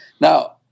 Now